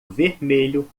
vermelho